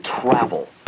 Travel